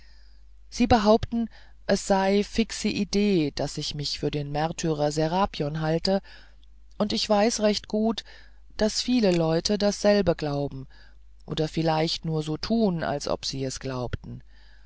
sie behaupten es sei fixe idee daß ich mich für den märtyrer serapion halte und ich weiß recht gut daß viele leute dasselbe glauben oder vielleicht nur so tun als ob sie es glaubten